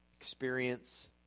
experience